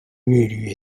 үөрүү